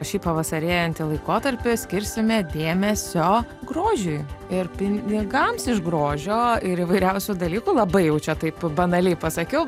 šį pavasarėjantį laikotarpį skirsime dėmesio grožiui ir pinigams iš grožio ir įvairiausių dalykų labai jau čia taip banaliai pasakiau